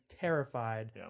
terrified